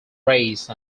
race